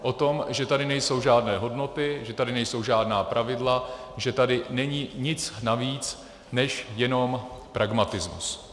O tom, že tady nejsou žádné hodnoty, že tady nejsou žádná pravidla, že tady není nic navíc než jenom pragmatismus.